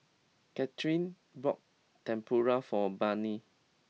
Katherin bought Tempura for Barnett